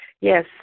yes